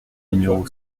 numéro